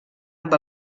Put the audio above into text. amb